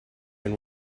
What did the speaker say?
been